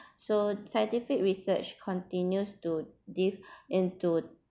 so scientific research continues to delve into